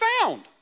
found